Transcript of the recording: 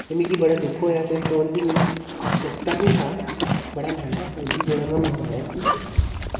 एह् मिगी बड़ा दुक्ख होया की फोन बी कोई सस्ता निं था बड़ा मैह्ंगा फोन सी जेह्ड़ा में मंगाया सी